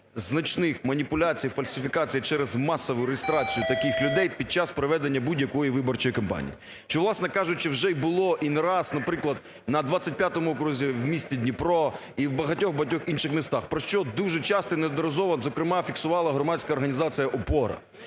значних маніпуляцій, фальсифікацій через масову реєстрацію таких людей під час проведення будь-якої виборчої кампанії. Чи, власне кажучи, вже було не раз, наприклад, на 25 окрузі в місті Дніпро і в багатьох-багатьох інших містах, про що дуже часто і неодноразово фіксувала громадська організація ОПОРА.